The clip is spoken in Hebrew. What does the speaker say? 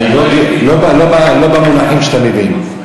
אני לא, לא במונחים שאתה מבין.